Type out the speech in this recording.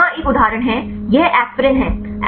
यहाँ एक उदाहरण है यह एस्पिरिन है